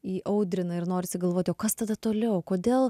įaudrina ir norisi galvoti o kas tada toliau kodėl